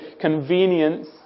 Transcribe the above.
convenience